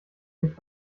sich